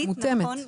מותאמת.